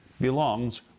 belongs